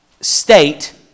state